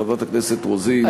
חברת הכנסת רוזין,